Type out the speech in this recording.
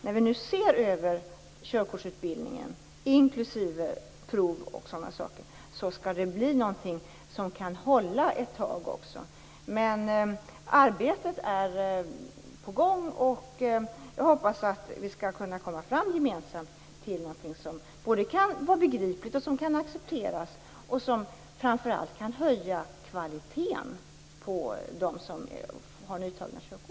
När vi nu ser över körkortsutbildningen, inklusive prov och sådana saker, är det viktigt att det blir någonting som kan hålla ett tag. Arbetet är på gång. Jag hoppas att vi gemensamt skall kunna komma fram till någonting som kan vara begripligt, som kan accepteras och som framför allt kan höja kvaliteten hos dem som har nytagna körkort.